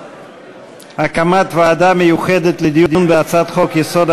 הקמת ועדה מיוחדת לדיון בהצעת חוק-יסוד: